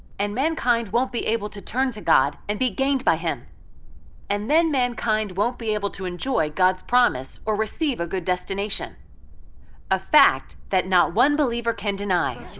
and mankind won't be able to turn to god and be gained by him and then mankind won't be able to enjoy god's promise or receive a good destination a fact that not one believer can deny.